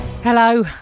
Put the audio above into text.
Hello